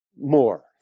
more